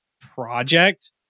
project